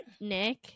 Nick